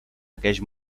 aqueix